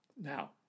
Now